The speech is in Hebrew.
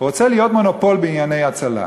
רוצה להיות מונופול בענייני הצלה.